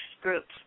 groups